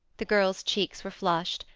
the girl's cheeks were flushed,